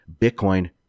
Bitcoin